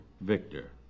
Victor